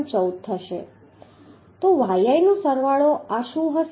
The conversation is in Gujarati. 14 થશે તો yi નો સરવાળો આ શું હશે